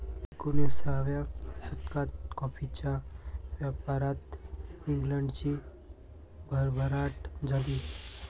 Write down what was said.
एकोणिसाव्या शतकात कॉफीच्या व्यापारात इंग्लंडची भरभराट झाली